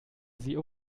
sie